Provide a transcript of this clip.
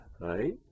Right